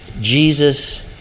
Jesus